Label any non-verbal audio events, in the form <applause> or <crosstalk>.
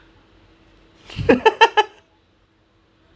<laughs>